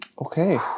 Okay